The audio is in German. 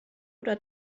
oder